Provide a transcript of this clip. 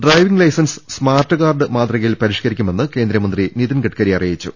driving licence smart card മാതൃകയിൽ പരിഷ്ക്ക രിക്കുമെന്ന് കേന്ദ്രമന്ത്രി നിതിൻ ഗഡ്ഗരി അറിയിച്ചു